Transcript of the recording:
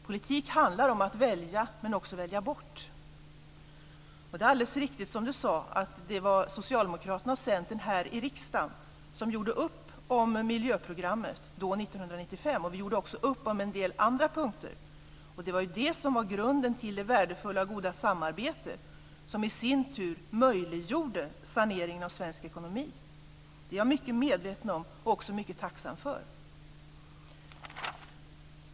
Politik handlar om att välja, men också välja bort. Det är alldeles riktigt som Eskil Erlandsson sade, att det var Socialdemokraterna och Centern här i riksdagen som gjorde upp om miljöprogrammet då, 1995. Vi gjorde också upp om en del andra punkter. Det var det som var grunden till det värdefulla och goda samarbete som i sin tur möjliggjorde saneringen av svensk ekonomi. Det är jag mycket medveten om, och också mycket tacksam för.